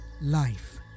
Life